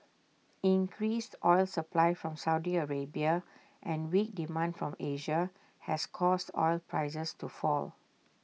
increased oil supply from Saudi Arabia and weak demand from Asia has caused oil prices to fall